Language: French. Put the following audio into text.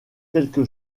quelque